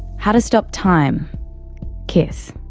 how to stop time kiss.